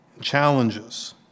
challenges